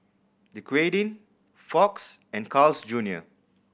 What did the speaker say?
Dequadin Fox and Carl's Junior